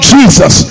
Jesus